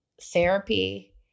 therapy